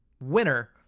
winner